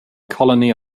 colony